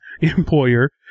employer